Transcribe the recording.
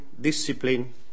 discipline